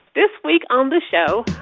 this week on this show,